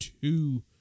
two